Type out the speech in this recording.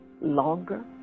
longer